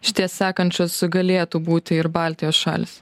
šitie sekančius galėtų būti ir baltijos šalys